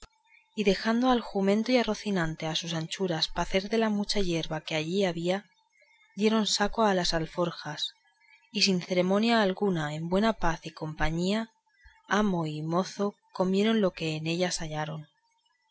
y dejando al jumento y a rocinante a sus anchuras pacer de la mucha yerba que allí había dieron saco a las alforjas y sin cerimonia alguna en buena paz y compañía amo y mozo comieron lo que en ellas hallaron